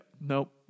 Nope